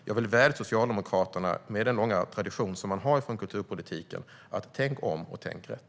Jag vill vädja till Socialdemokraterna med deras långa tradition från kulturpolitiken att tänka om och tänka rätt.